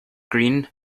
green